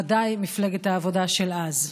ודאי את מפלגת העבודה של אז,